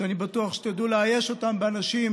שאני בטוח שתדעו לאייש אותם באנשים